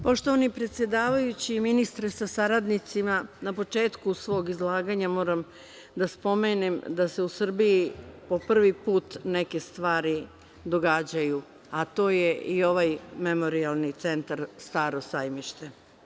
Poštovani predsedavajući i ministre sa saradnicima, na početku svog izlaganja moram da spomenem da se u Srbiji po prvi put neke stvari događaju, a to je i ovaj Memorijalni centar „Staro Sajmište“